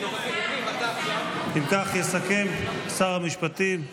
אם כך, יסכם שר המשפטים,